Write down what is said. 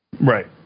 Right